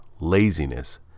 laziness